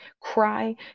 cry